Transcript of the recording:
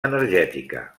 energètica